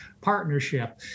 partnership